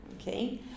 okay